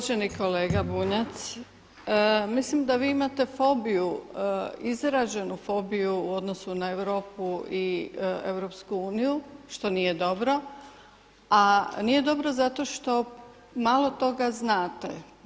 Uvaženi kolega Bunjac, mislim da vi imate fobiju, izraženu fobiju u odnosu na Europu i EU što nije dobro, a nije dobro zato što malo toga znate.